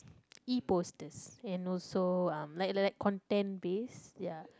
E posters and also uh like like like content base ya